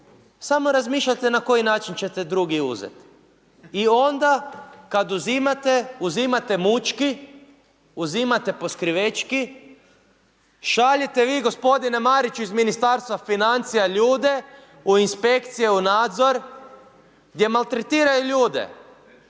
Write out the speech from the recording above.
samo razmišljate na koji način ćete drugi uzeti. I onda kad uzimate, uzimate mučki, uzimate poskrivečki, šaljete vi gospodine Mariću iz Ministarstva financija ljude u inspekcije, u nadzor gdje maltretiraju ljude.